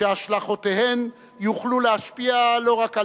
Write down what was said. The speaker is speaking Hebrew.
שהשלכותיהן יוכלו להשפיע לא רק עלינו,